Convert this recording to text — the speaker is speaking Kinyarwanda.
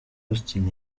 austin